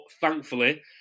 thankfully